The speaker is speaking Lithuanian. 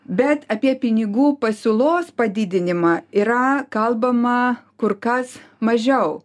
bet apie pinigų pasiūlos padidinimą yra kalbama kur kas mažiau